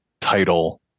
title